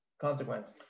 consequence